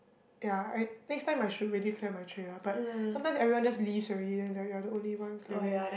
ya I next time I should really clear my tray lah but sometimes everyone just leaves already then like you're the only one clearing